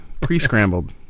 Pre-scrambled